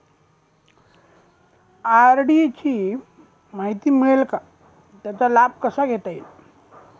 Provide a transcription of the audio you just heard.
RD ची माहिती मिळेल का, त्याचा लाभ कसा घेता येईल?